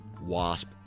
wasp